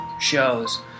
shows